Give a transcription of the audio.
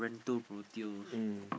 rental